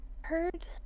Heard